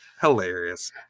Hilarious